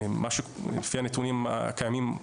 לפי הנתונים הקיימים,